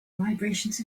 vibrations